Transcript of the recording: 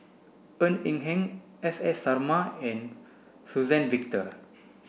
Ng Eng Hen S S Sarma and Suzann Victor